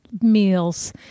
meals